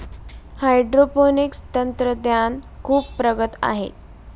hydroponics तंत्रज्ञान खूप प्रगत आहे